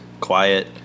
quiet